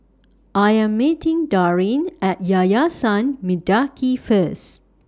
I Am meeting Darin At Yayasan Mendaki First